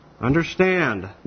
understand